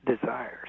desires